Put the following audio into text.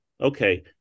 okay